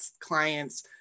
client's